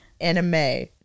anime